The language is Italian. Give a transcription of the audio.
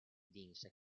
vinse